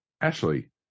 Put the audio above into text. Ashley